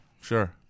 Sure